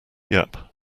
yep